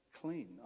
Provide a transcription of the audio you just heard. clean